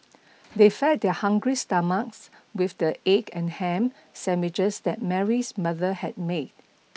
they fed their hungry stomachs with the egg and ham sandwiches that Mary's mother had made